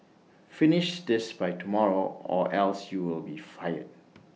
finish this by tomorrow or else you'll be fired